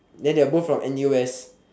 then they are both from n_u_s